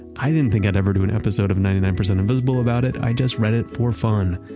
i didn't think i'd ever do an episode of ninety nine percent invisible about it. i just read it for fun.